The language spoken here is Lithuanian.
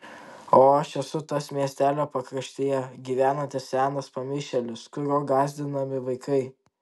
o aš esu tas miestelio pakraštyje gyvenantis senas pamišėlis kuriuo gąsdinami vaikai